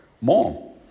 more